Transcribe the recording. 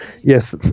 Yes